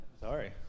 Sorry